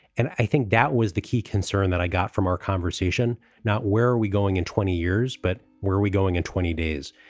and i think that was the key concern that i got from our conversation, not where are we going in twenty years, but where are we going in twenty days.